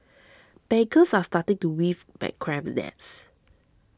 bankers are starting to weave bad cram the nets